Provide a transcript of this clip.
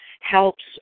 helps